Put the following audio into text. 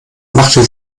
machte